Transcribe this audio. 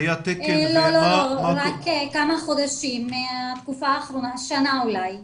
לא, כמה חודשים, מהתקופה האחרונה, שנה אולי.